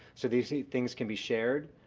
so these things can be shared.